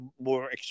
more